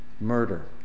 Murder